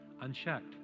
unchecked